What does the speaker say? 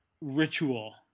ritual